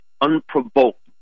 unprovoked